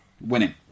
winning